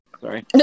Sorry